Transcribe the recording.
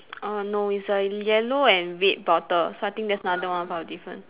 uh no it's a yellow and red bottle so I think there's another one of our different